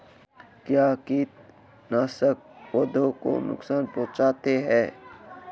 क्या कीटनाशक पौधों को नुकसान पहुँचाते हैं?